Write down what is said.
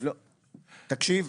תקשיב,